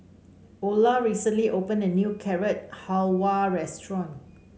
Olar recently opened a new Carrot Halwa Restaurant